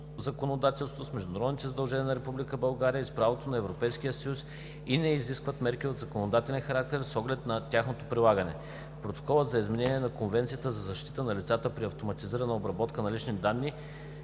законодателство, с международните задължения на Република България и с правото на Европейския съюз и не изискват мерки от законодателен характер с оглед на тяхното прилагане. Протоколът за изменение на Конвенцията за защита на лицата при автоматизираната обработка на лични данни